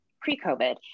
pre-COVID